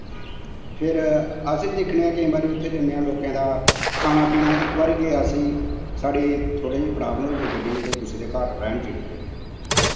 फिर अस दिक्खनें आं केंई बारी दिक्खनें आं लोकें दै खाना पीना इक बारी गे अस जी साढ़ी थोह्ड़ी प्रावलम होई गेई गड्डी गी ते कुसै दे घर रैह्न चली गे